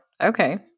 Okay